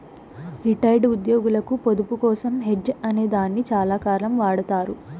retired ఉద్యోగులకు పొదుపు కోసం హెడ్జ్ అనే దాన్ని చాలాకాలం వాడతారు